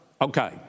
Okay